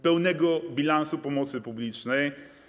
Pełnego bilansu pomocy publicznej.